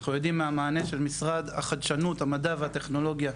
אנחנו יודעים מהמענה של משרד החדשנות המדע והטכנולוגיה,